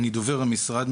אני דובר המשרד,